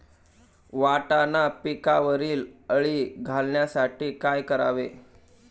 वाटाणा पिकावरील अळी घालवण्यासाठी काय करावे?